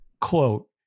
quote